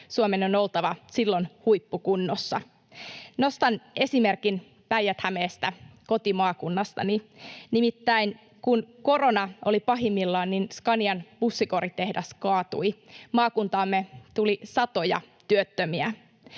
Suomen on oltava silloin huippukunnossa. Nostan esimerkin Päijät-Hämeestä, kotimaakunnastani. Nimittäin kun korona oli pahimmillaan, niin Scanian bussikoritehdas kaatui. Maakuntaamme tuli satoja työttömiä.